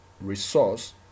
resource